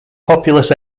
populous